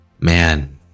Man